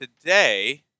today